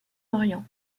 orient